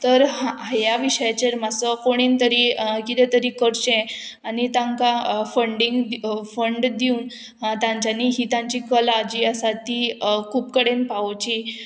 तर ह्या विशयाचेर मातसो कोणेंन तरी किदें तरी करचें आनी तांकां फंडींग फंड दिवन तांच्यांनी ही तांची कला जी आसा ती खूब कडेन पावोवची